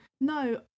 No